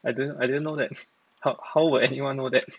I didn't I didn't know that how how will anyone know that